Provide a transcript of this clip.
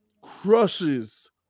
crushes